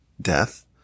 death